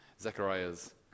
Zechariah's